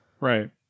Right